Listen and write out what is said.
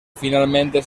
finalmente